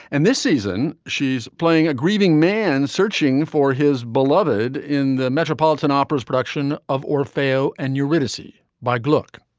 and this season she's playing a grieving man searching for his beloved in the metropolitan opera's production of or fail and your ritzy by look